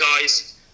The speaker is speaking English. guys